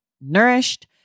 nourished